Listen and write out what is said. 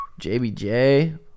JBJ